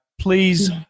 Please